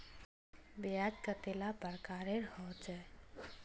ब्याज कतेला प्रकारेर होचे?